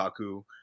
Kaku